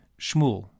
Shmuel